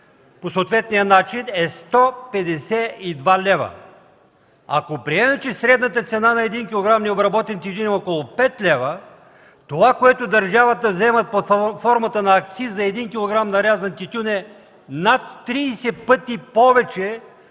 по съответния начин, е 152 лв. Ако приемем, че средната цена на необработен 1 кг. е 5 лв., това, което държавата взима под формата на акциз за 1 кг. нарязан тютюн е над 30 пъти повече